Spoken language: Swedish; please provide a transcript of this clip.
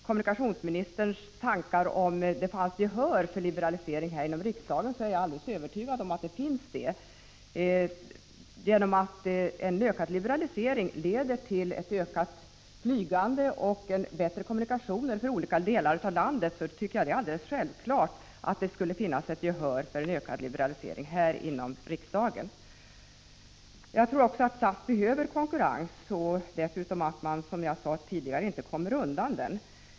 Kommunikationsministern tvivlade på att det skulle finnas gehör i riksdagen för en liberalisering, men jag är alldeles övertygad om att det finns ett sådant gehör. En ökad liberalisering leder till ett ökat flygande och bättre kommunikationer för olika delar av landet. Så det borde finnas ett gehör för en ökad liberalisering inom riksdagen. Jag tror också att SAS behöver konkurrens. Som jag sade tidigare kommer man dessutom inte undan den.